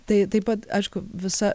tai taip pat aišku visa